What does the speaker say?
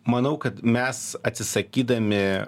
manau kad mes atsisakydami